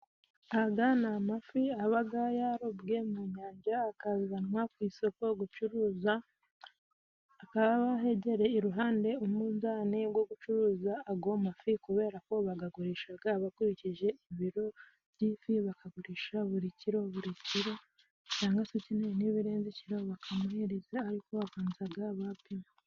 Aga ni amafi abaga yarobwe mu nyanja akazanwa ku isoko gucuruzwa ,akaba hegeye iruhande umunzani go gucuruza ago mafi, kubera ko bagagurishaga bakurikije ibiro by'ifi. Bakagurisha buri kiro buri kiro, cangwa se ukeneye n'ibirenze ikiro bakamuhereza ariko babanzaga bapima.